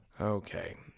okay